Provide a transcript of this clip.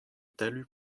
talus